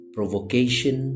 Provocation